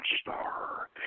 star